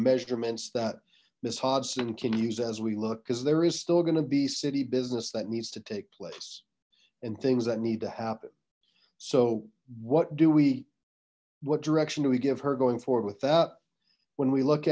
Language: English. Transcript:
measurements that miss hobson can use as we look because there is still going to be city business that needs to take place and things that need to happen so what do we what direction do we give her going forward with that when we look